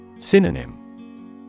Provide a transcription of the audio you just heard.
Synonym